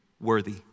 worthy